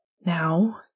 Now